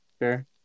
Sure